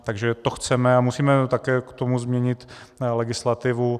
Takže to chceme a musíme také k tomu změnit legislativu.